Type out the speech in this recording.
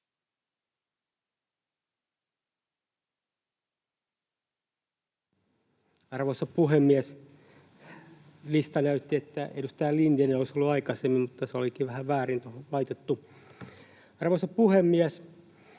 Arvoisa puhemies! Lista näytti, että edustaja Lindén olisi ollut aikaisemmin, mutta se olikin vähän väärin tuohon laitettu. Arvoisa puhemies!